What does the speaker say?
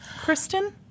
Kristen